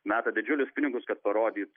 meta didžiulius pinigus kad parodyt